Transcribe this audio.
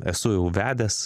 esu jau vedęs